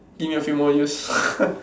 give me a few more years